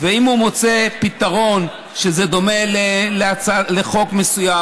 ואם הוא מוצא פתרון שדומה לחוק מסוים